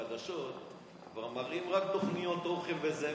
בחדשות כבר מראים רק תוכניות אוכל וזה.